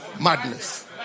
Madness